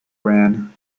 ran